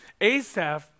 Asaph